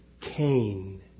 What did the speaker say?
Cain